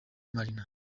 marina